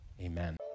amen